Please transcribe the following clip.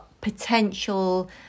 potential